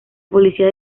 policía